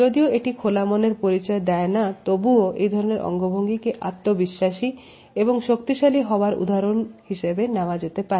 যদিও এটি খোলা মনের পরিচয় দেয় না তবুও এই ধরনের অঙ্গভঙ্গি কে আত্মবিশ্বাসী এবং শক্তিশালী হওয়ার উদাহরণ হিসেবে নেওয়া যেতে পারে